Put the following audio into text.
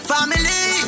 Family